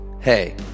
Hey